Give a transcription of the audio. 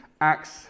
acts